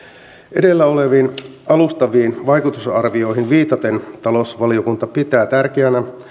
edellä oleviin alustaviin vaikutusarvioihin viitaten talousvaliokunta pitää tärkeänä